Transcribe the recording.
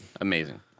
Amazing